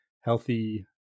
healthy